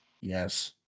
Yes